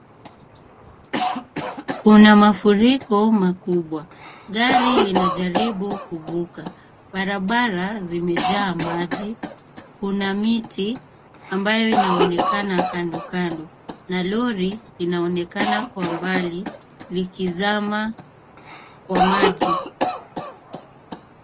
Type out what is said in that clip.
Kuna mafuriko makubwa. Gari linajaribu kuvuka. Barabara zimejaa maji. Kuna miti ambayo inaonekana kando kando, na lori linaonekana kwa mbali likizama kwa maji.